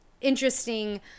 interesting